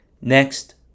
next